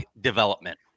development